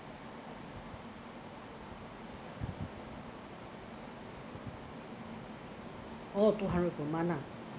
oh two hundred per month ah